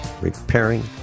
repairing